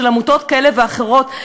עמותות כאלה ואחרות,